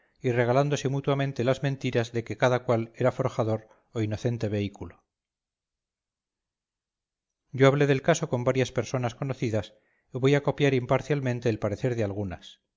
y regalándose mutuamente las mentiras de que cada cual era forjador o inocente vehículo yo hablé del caso con varias personas conocidas y voy a copiar imparcialmente el parecer de algunas